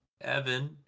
Evan